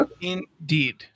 indeed